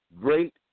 Great